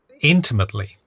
intimately